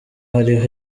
hariho